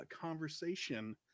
conversation